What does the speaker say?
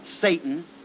Satan